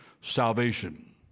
salvation